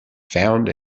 found